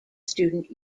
student